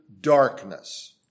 darkness